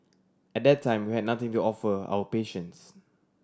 at that time we had nothing to offer our patients